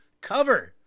Cover